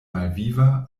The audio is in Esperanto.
malviva